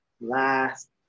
last